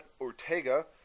Ortega